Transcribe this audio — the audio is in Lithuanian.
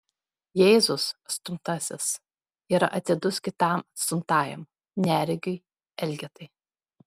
jėzus atstumtasis yra atidus kitam atstumtajam neregiui elgetai